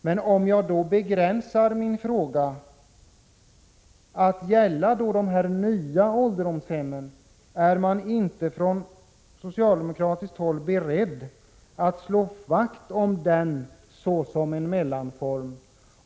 Men om jag begränsar min fråga att gälla de nya ålderdomshemmen, är socialdemokraterna då beredda att slå vakt om dem såsom en mellanform?